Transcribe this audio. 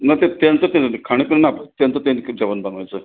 ना ते त्यांचं ते जाऊं दे खाणं त्यांना आप् त्यांचं त्यांनी के जेवण बनवायचं